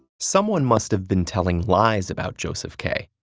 someone must have been telling lies about josef k.